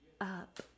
Up